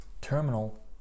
Terminal